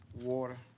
water